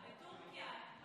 בטורקיה.